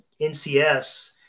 NCS